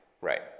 right